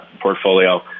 portfolio